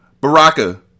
Baraka